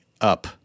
up